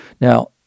Now